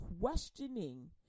questioning